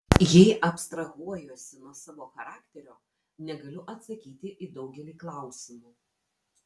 jei abstrahuojuosi nuo savo charakterio negaliu atsakyti į daugelį klausimų